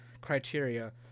criteria